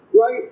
right